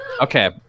Okay